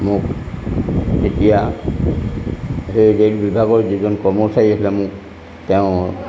মোক যেতিয়া সেই ৰেল বিভাগৰ যিজন কৰ্মচাৰী আছিলে মোক তেওঁ